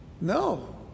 No